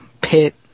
Pit